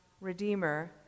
Redeemer